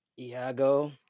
Iago